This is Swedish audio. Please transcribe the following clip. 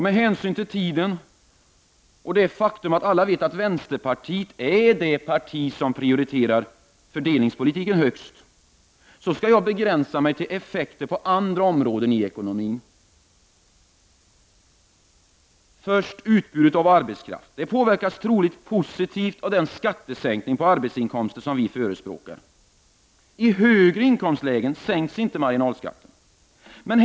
Med hänsyn till tiden och det faktum att alla vet att vänsterpartiet är det parti som prioriterar fördelningspolitiken högst, skall jag begränsa mig till effekter på andra områden i ekonomin. Utbudet av arbetskraft påverkas troligen positivt av den skattesänkning på arbetsinkomster som vi förespråkar. I högre inkomstlägen sänks inte marginalskatten.